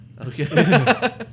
okay